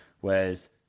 whereas